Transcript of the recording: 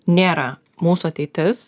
nėra mūsų ateitis